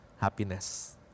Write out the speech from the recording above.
happiness